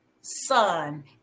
son